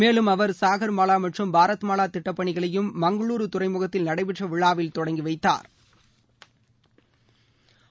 மேலும் அவர் சாகர் மாலா மற்றும் பாரத் மாலா திட்டப்பணிகளையும் மங்களூரு துறைமுகத்தில் நடைபெற்ற விழாவில் தொடங்கி வைத்தாா்